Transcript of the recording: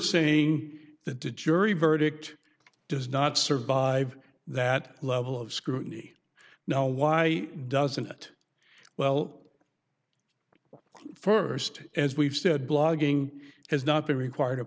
saying that the jury verdict does not survive that level of scrutiny now why doesn't it well st as we've said blogging has not been require